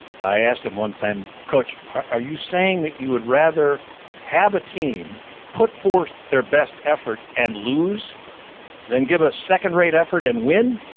i asked him one time coach, are you saying that you would rather have a team put forth their best effort and lose than give a second-rate effort and win?